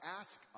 ask